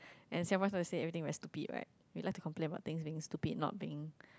and Singaporeans like to say everything very stupid right we like to complain about things being stupid not being